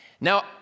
Now